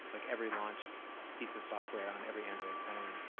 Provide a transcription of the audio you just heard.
like every launched piece of software on every android phone,